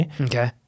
Okay